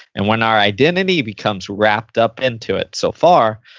and when our identity becomes wrapped up into it so far,